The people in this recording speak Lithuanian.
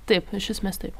taip iš esmės taip